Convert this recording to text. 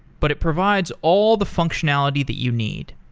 but it provides all the functionality that you need.